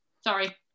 sorry